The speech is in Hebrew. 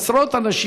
שגר שם שנים,